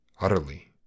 Utterly